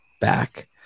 back